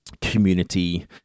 community